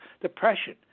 depression